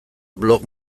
blog